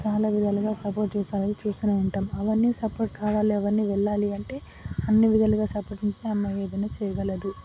చాలా విధాలుగా సపోర్ట్ చేస్తారు చూస్తూనే ఉంటాం అవన్నీ సపోర్ట్ కావాలి అవన్నీ వెళ్ళాలి అంటే అన్ని విధాలుగా సపోర్ట్ ఉంటే అమ్మాయి ఏదైనా చేయగలదు